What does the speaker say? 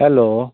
hello